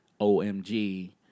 OMG